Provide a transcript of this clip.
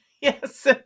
Yes